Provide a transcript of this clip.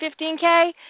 15K